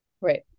Right